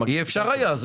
אי אפשר היה.